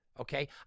Okay